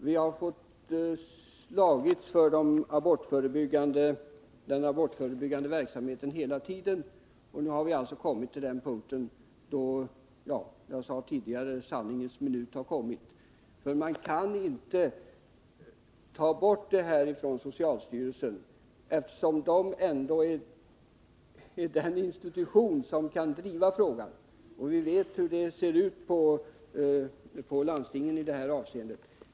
Vi har fått slåss för den abortförebyggande verksamheten hela tiden, och nu har vi alltså nått till det ögonblick då — som jag sade tidigare — sanningens minut har kommit. Man kan inte ta bort det här från socialstyrelsen, eftersom den ändå är den institution som kan driva frågan. Vi vet ju hur det ser ut hos landstingen i det här avseendet.